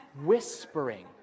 Whispering